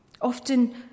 often